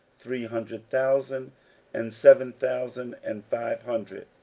three hundred thousand and seven thousand and five hundred,